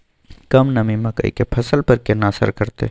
कम नमी मकई के फसल पर केना असर करतय?